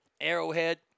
Arrowhead